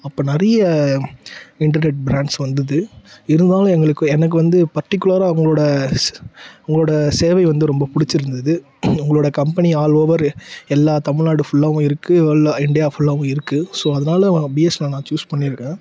அப்போ நிறைய internet brands வந்தது இருந்தாலும் எங்களுக்கு எனக்கு வந்து பர்டிகுலராக உங்களோடய உங்களோடய சேவை வந்து ரொம்ப பிடிச்சிருந்துது உங்களோடய கம்பெனி ஆல்ஓவரு எல்லா தமிழ்நாடு ஃபுல்லாகவும் இருக்குது வேர்ல்டில் இந்தியா ஃபுல்லாகவும் இருக்குது ஸோ அதனால வா பிஎஸ்என்எல்லை நான் சூஸ் பண்ணியிருக்கேன்